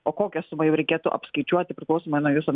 o kokia sumą jau reikėtų apskaičiuoti priklausomai nuo jūsų